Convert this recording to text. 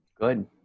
Good